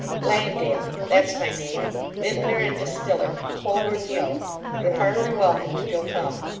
langdale that's my name vintner and distiller holborn hill you're heartily welcome, if you'll come